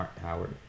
Howard